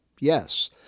yes